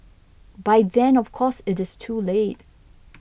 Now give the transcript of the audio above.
by then of course it is too late